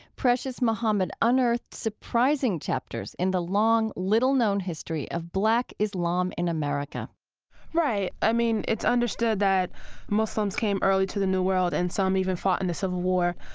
precious muhammad unearthed surprising chapters in the long, little-known history of black islam in america right. i mean, it's understood that muslims came early to the new world, and some even fought in the civil war.